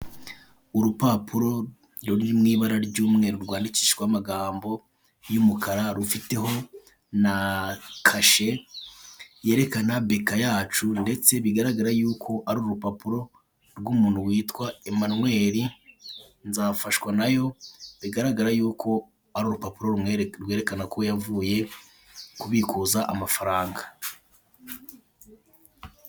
Urupapuro ruri mw'ibara ry'umweru rwandikishijeho amagambo y'umukara rufiteho na kashe yerekana beka yacu ndetse bigaragara yuko ari urupapuro rw'umuntu witwa Emanweri Nzafashwanayo. Bigaragara y'uko ari urupapuro rwerekana ko yavuye kubikuza amafaranga.